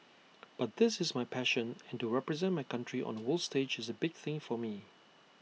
but this is my passion and to represent my country on A world stage is A big thing for me